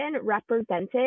represented